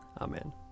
Amen